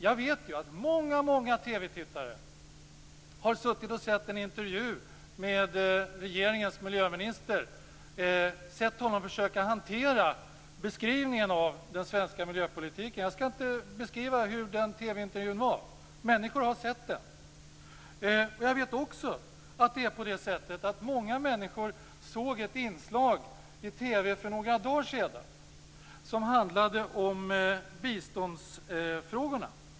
Jag vet att många TV-tittare har sett en intervju med regeringens miljöminister. De har sett honom försöka hantera beskrivningen av den svenska miljöpolitiken. Jag skall inte beskriva hur den TV-intervjun var. Människor har sett den. Jag vet också att många människor såg ett inslag i TV för några dagar sedan som handlade om biståndsfrågorna.